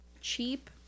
cheap